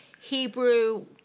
hebrew